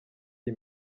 iyi